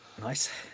Nice